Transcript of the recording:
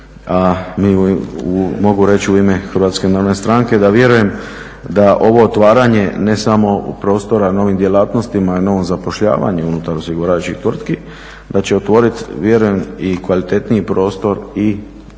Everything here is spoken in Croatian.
A mi, mogu reći u ime Hrvatske narodne stranke da vjerujem da ovo otvaranje ne smo prostora novim djelatnostima i novom zapošljavanju unutar osiguravajućih tvrtki da će otvoriti vjerujem i kvalitetniji prostor i jačanje